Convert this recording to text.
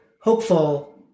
hopeful